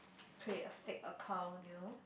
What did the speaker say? create a fake account you know